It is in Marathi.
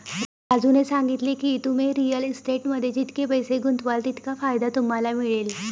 राजूने सांगितले की, तुम्ही रिअल इस्टेटमध्ये जितके पैसे गुंतवाल तितका फायदा तुम्हाला मिळेल